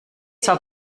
zwar